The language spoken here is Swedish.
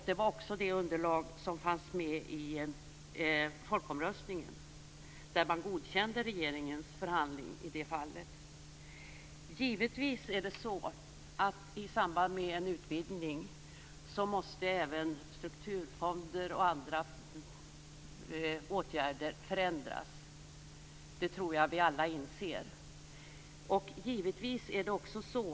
Det var också det underlag som fanns med i folkomröstningen, där man godkände regeringens förhandling i det fallet. Givetvis måste även strukturfonder och andra åtgärder förändras i samband med en utvidgning. Det tror jag att vi alla inser.